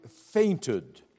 fainted